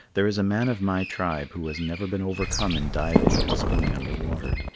there is a man of my tribe who has never been overcome in diving and swimming under water.